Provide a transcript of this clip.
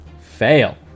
Fail